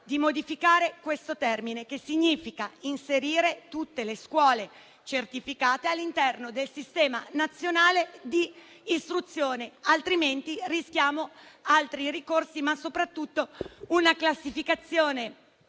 di modificare questo termine, inserendo tutte le scuole certificate all'interno del sistema nazionale di istruzione; diversamente, rischiamo altri ricorsi, ma, soprattutto, una classificazione